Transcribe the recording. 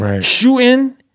shooting-